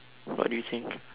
what do you think